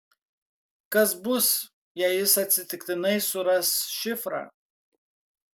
kas bus jeigu jis atsitiktinai suras šifrą